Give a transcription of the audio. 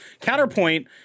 Counterpoint